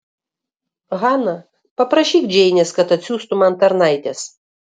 hana paprašyk džeinės kad atsiųstų man tarnaites